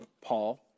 Paul